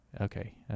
Okay